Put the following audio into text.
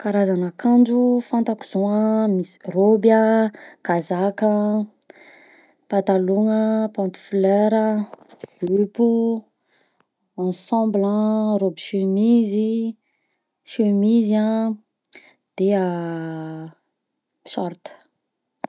Karazana akanjo fantako zao: misy roby an, kazaka an, patalôgna, pant flare a, jupo, ensemble a, robe chemise, chemise a, de shorte.